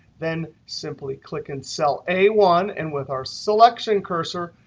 then simply click in cell a one. and with our selection cursor,